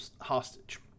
hostage